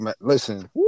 listen